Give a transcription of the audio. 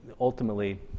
ultimately